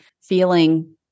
feeling